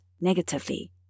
negatively